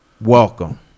welcome